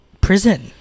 prison